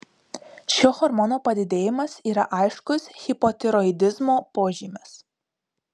šio hormono padidėjimas yra aiškus hipotiroidizmo požymis